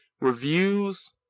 reviews